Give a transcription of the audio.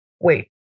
Wait